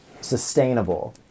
sustainable